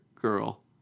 girl